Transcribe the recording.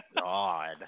God